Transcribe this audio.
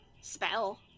spell